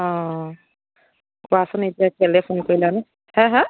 অ' কোৱাচোন এতিয়া কে'লে ফোন কৰিলানো হা হা